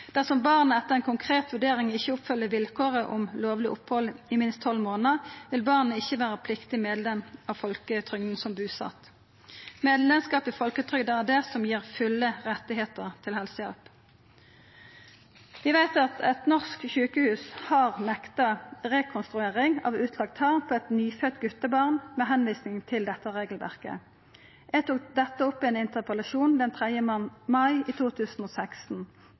Dersom barnet etter en konkret vurdering ikke oppfyller vilkåret om opphold i minst 12 måneder, vil barnet ikke være pliktig medlem i folketrygden som bosatt.» Medlemskap i folketrygda er det som gir fulle rettar til helsehjelp. Vi veit at eit norsk sjukehus har nekta rekonstruering av utlagd tarm på eit nyfødt gutebarn med tilvising til dette regelverket. Eg tok dette opp i ein interpellasjon 3. mai 2016. Den